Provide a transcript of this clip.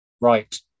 Right